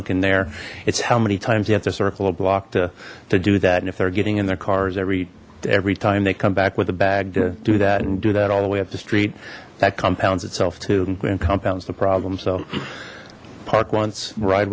looking there it's how many times you have to circle a block to do that and if they're getting in their cars every every time they come back with a bag to do that and do that all the way up the street that compounds itself to compounds the problem so park once ride